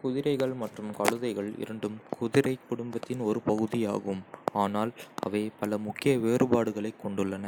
குதிரைகள் மற்றும் கழுதைகள் இரண்டும் குதிரை குடும்பத்தின் ஒரு பகுதியாகும், ஆனால் அவை பல முக்கிய வேறுபாடுகளைக் கொண்டுள்ளன.